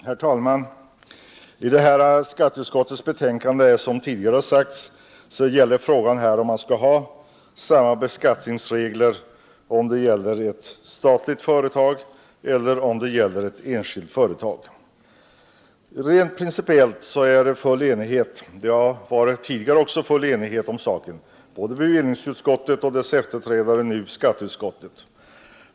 Herr talman! Den fråga som behandlas i detta skatteutskottets betänkande är frågan om man skall ha samma beskattningsregler för statliga företag som för enskilda företag. Rent principiellt har det rått full enighet om den saken i både bevillningsutskottet och dess efterträdare skatteutskottet.